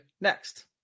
next